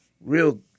real